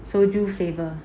soju flavour